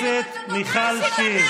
חברת הכנסת מיכל שיר.